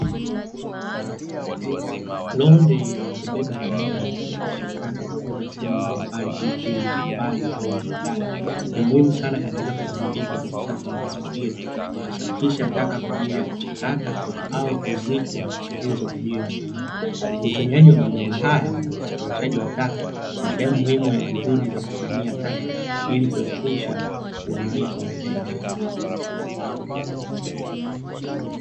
Roli la kubeba taka na kusafirisha taka kutoka sehemu mbaliambali kama vile majumbani au viwandani ni muhimu sana katika kuwajibika kwa usafi wa mazingira kwa kusafirisha taka kwa ajili ya kuchakata au kuzikwa, katika hizo kwa ajili ya usalama utumiaji wa magari haya ya usafirishaji wa taka ni sehemu muhimu ya juhudi za kusimamia taka ili kuepusha uharibifu wa mazingira.